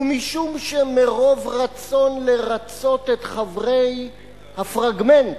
ומשום שמרוב רצון לרצות את חברי הפרגמנט,